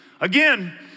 Again